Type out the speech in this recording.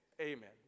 amen